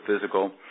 physical